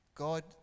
God